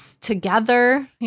together